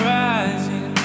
rising